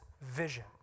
vision